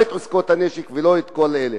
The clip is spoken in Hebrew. לא את עסקאות הנשק ולא את כל אלה.